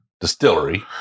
distillery